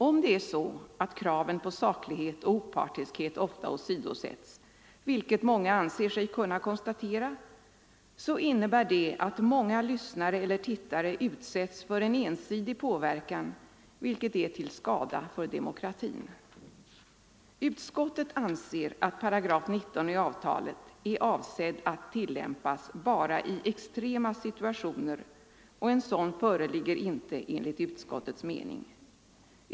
Om det är så att kraven på saklighet och opartiskhet ofta åsidosätts, vilket många anser sig kunna konstatera, så innebär detta att många lyssnare eller tittare utsätts för en ensidig påverkan, vilket är till skada för demokratin. Utskottet anser att 19 § i avtalet är avsedd att tillämpas bara i extrema situationer, och en sådan föreligger inte enligt utskottets mening.